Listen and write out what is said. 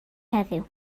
heddiw